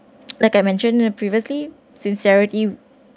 like I mentioned previously sincerity